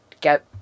get